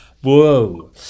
Whoa